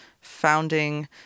founding